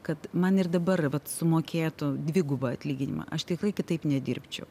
kad man ir dabar vat sumokėtų dvigubą atlyginimą aš tikrai kitaip nedirbčiau